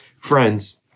Friends